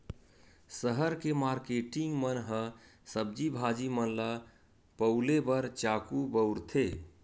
सहर के मारकेटिंग मन ह सब्जी भाजी मन ल पउले बर चाकू बउरथे